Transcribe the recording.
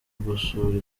gusura